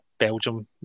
Belgium